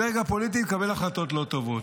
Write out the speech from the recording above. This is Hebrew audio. הדרג הפוליטי מקבל החלטות לא טובות.